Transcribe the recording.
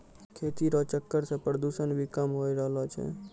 खेती रो चक्कर से प्रदूषण भी कम होय रहलो छै